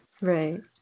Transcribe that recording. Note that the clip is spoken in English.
right